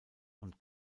und